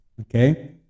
okay